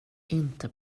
inte